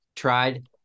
Tried